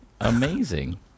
Amazing